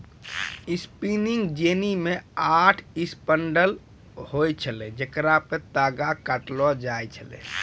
spinning jenny मे आठ spindle होय छलै जेकरा पे तागा काटलो जाय छलै